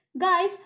Guys